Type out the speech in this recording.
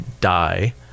die